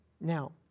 Now